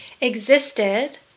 existed